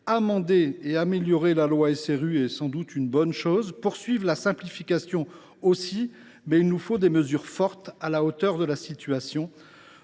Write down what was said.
amender et améliorer la loi SRU est une bonne chose, poursuivre la simplification également, mais il nous faut des mesures fortes, à la hauteur de la situation.